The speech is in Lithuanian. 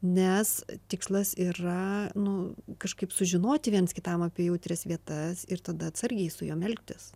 nes tikslas yra nu kažkaip sužinoti viens kitam apie jautrias vietas ir tada atsargiai su jom elgtis